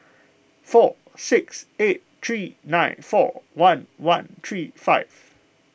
four six eight three nine four one one three five